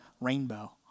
rainbow